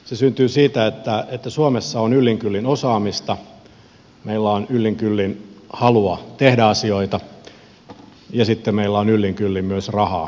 se syntyy siitä että suomessa on yllin kyllin osaamista meillä on yllin kyllin halua tehdä asioita ja sitten meillä on yllin kyllin myös rahaa